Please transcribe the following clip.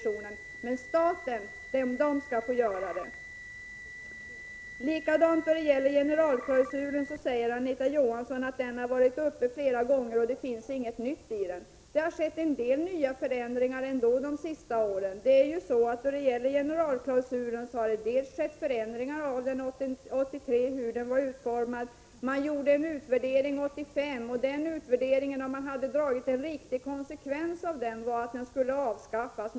Staten skall enligt er mening få göra det. Även när det gäller generalklausulen resonerar Anita Johansson på samma sätt: den har varit uppe flera gånger, och det finns inte något nytt i den. Men det har skett en del förändringar under de senaste åren. Det skedde förändringar av generalklausulens utformning 1983. 1985 gjorde man en utvärdering. Hade man dragit en riktig konsekvens av denna utvärdering hade generalklausulen avskaffats.